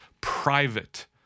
private